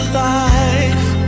life